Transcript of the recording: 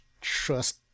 Trust